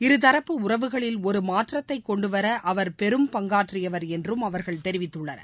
இருதரப்பு உறவுகளில் ஒரு மாற்றத்தை கொண்டுவர அவர் பெரும் பங்காற்றியவர் என்றும் அவர்கள் தெரிவித்துள்ளனர்